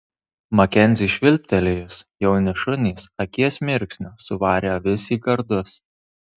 makenziui švilptelėjus jauni šunys akies mirksniu suvarė avis į gardus